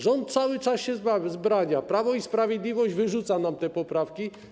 Rząd cały czas się wzbrania, Prawo i Sprawiedliwość wyrzuca nam te poprawki.